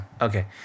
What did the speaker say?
Okay